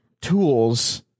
tools